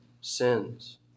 sins